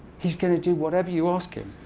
he's going to do whatever you ask him.